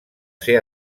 ser